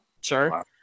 sure